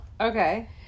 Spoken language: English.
okay